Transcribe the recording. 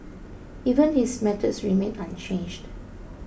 even his methods remain unchanged